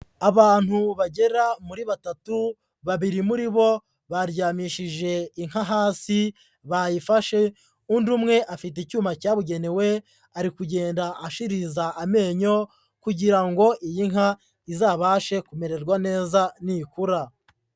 Abantu bagera muri batatu, babiri muri bo baryamishije inka hasi, bayifashe, undi umwe afite icyuma cyabugenewe, ari kugenda ashiriza amenyo kugira ngo iyi nka izabashe kumererwa neza nikura.